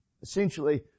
Essentially